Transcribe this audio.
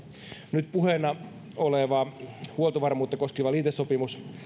nyt puheena oleva huoltovarmuutta koskeva liitesopimus